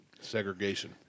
Segregation